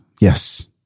Yes